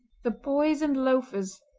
the boys and loafers,